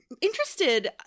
interested